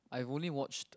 I only watched